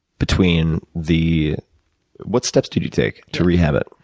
between the what steps did you take to rehab it?